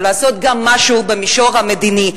לעשות גם משהו במישור המדיני.